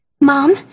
Mom